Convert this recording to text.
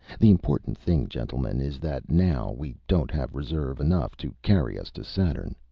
the important thing, gentlemen, is that now we don't have reserve enough to carry us to saturn.